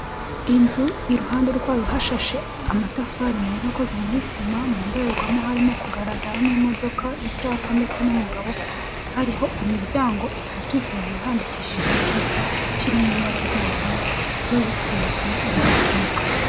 Inzu iruhande rwayo hashashe amatafari meza akoze muri sima, mu ndorerwamo harimo kugaragaramo imodoka icyapa ndetse n'umugabo, hariho imiryango itatu, hejuru handikishije icyapa kiri mu ibara ry'ubururu, zo zisize irange ry'umukara.